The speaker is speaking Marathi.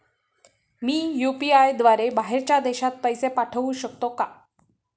मी यु.पी.आय द्वारे बाहेरच्या देशात पैसे पाठवू शकतो का?